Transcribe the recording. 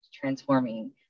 transforming